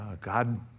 God